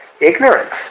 ignorance